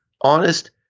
honest